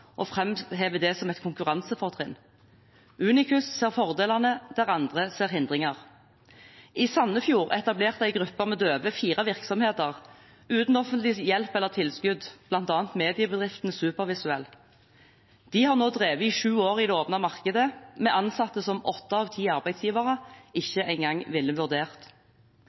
og framhever det som et konkurransefortrinn. Unicus ser fordelene der andre ser hindringer. I Sandefjord etablerte en gruppe døve, uten offentlig hjelp eller tilskudd, fire virksomheter, bl.a. mediebedriften Supervisuell. De har nå drevet i sju år i det åpne markedet med ansatte som åtte av ti arbeidsgivere ikke engang ville vurdert.